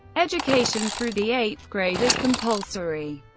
education through the eighth grade is compulsory.